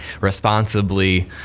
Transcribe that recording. responsibly